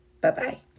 Bye-bye